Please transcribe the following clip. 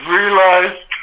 realized